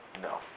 No